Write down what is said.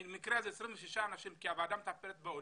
במקרה הזה 26 אנשים כי הוועדה מטפלת בעולים,